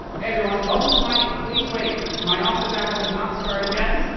everyone. welcome to my and please wait. my office hours have not started yet.